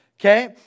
okay